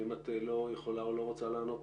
ואם את לא יכולה או לא רוצה לענות,